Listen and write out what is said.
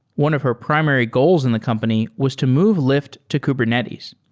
one of her primary goals in the company was to move lyft to kubernetes.